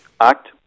act